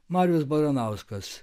marius baranauskas